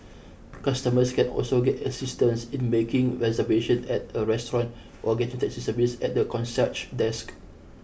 customers can also get assistance in making reservation at a restaurant or getting taxi service at the concierge desk